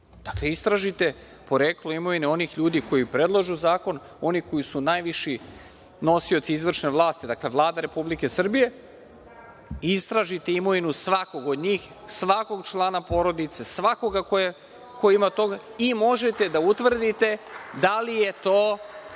Dakle, istražite poreklo imovine onih ljudi koji predlažu zakona, onih koji su najviši nosioci izvršne vlasti, dakle Vlada Republike Srbije, istražite imovinu svakog od njih, svakog člana porodice, svakoga i možete da utvrdite da li je to